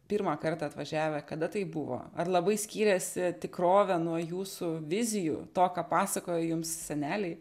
pirmą kartą atvažiavę kada tai buvo ar labai skyrėsi tikrovė nuo jūsų vizijų to ką pasakojo jums seneliai